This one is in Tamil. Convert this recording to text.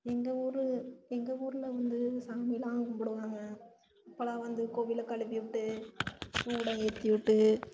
எங்கள் ஊர் எங்க ஊரில் வந்து சாமிலாம் கும்பிடுவாங்க அப்போல்லாம் வந்து கோவிலை கழுவி விட்டு சூடம் ஏற்றி விட்டு